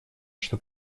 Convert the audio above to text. что